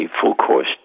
full-course